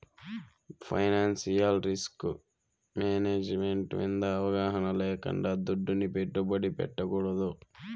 financial risk management మింద అవగాహన లేకుండా దుడ్డుని పెట్టుబడి పెట్టకూడదు